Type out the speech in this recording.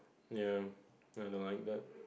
ya I don't like that